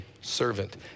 servant